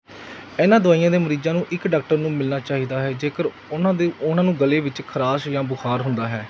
ਇਹਨਾਂ ਦਵਾਈਆਂ ਦੇ ਮਰੀਜ਼ਾਂ ਨੂੰ ਇੱਕ ਡਾਕਟਰ ਨੂੰ ਮਿਲਣਾ ਚਾਹੀਦਾ ਹੈ ਜੇਕਰ ਉਹਨਾਂ ਦੇ ਉਹਨਾਂ ਨੂੰ ਗਲੇ ਵਿੱਚ ਖਰਾਸ਼ ਜਾਂ ਬੁਖਾਰ ਹੁੰਦਾ ਹੈ